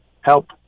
help